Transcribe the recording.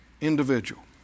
Individual